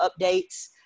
updates